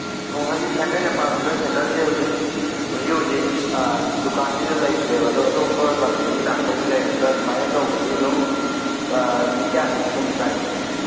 ꯑꯣ ꯍꯧꯖꯤꯛ ꯑꯩꯅ ꯄꯥꯝꯝꯤꯕ ꯁꯥꯏꯀꯟꯁꯦ ꯍꯧꯖꯤꯛ ꯍꯧꯖꯤꯛ ꯍꯧꯖꯤꯛ ꯗꯨꯀꯥꯟꯁꯤꯗ ꯂꯩꯇ꯭ꯔꯦꯕꯀꯣ ꯑꯗꯣ ꯑꯇꯣꯞꯞ ꯂꯝꯗꯒꯤ ꯂꯥꯥꯛꯇꯋꯗꯤ ꯂꯩꯔꯒ ꯁꯨꯃꯥꯏꯅ ꯇꯧꯕꯗꯤ ꯑꯗꯨꯝ ꯅꯨꯃꯤꯠ ꯀꯌꯥꯅꯤꯃꯨꯛ ꯐꯧꯕ ꯆꯪꯉꯤ